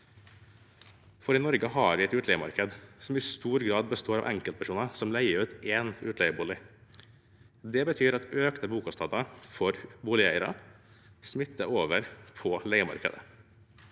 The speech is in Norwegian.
for i Norge har vi et utleiemarked som i stor grad består av enkeltpersoner som leier ut én utleiebo lig. Det betyr at økte bokostnader for boligeiere smitter over på leiemarkedet.